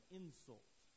insult